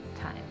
time